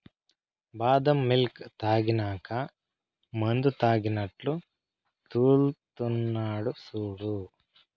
బాదం మిల్క్ తాగినాక మందుతాగినట్లు తూల్తున్నడు సూడు